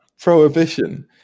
prohibition